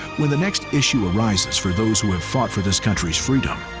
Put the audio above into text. when the next issue arises for those who have fought for this country's freedom,